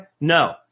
No